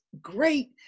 Great